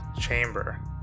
chamber